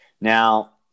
Now